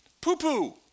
poo-poo